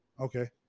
okay